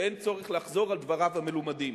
ואין צורך לחזור על דבריו המלומדים.